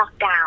lockdown